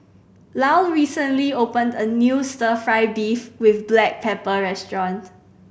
Lyle recently opened a new Stir Fry beef with black pepper restaurant